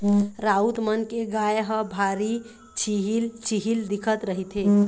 राउत मन के गाय ह भारी छिहिल छिहिल दिखत रहिथे